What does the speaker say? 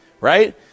right